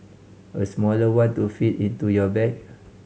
a smaller one to fit into your bag